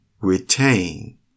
retain